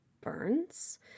burns